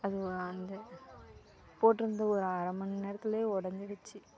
அது வந்து போட்டுருந்து ஒரு அரை மணி நேரத்துலேயே உடஞ்சுடிச்சி